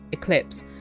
eclipse,